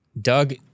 Doug